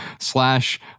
slash